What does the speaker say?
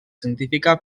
científica